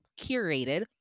curated